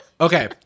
Okay